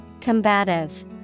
Combative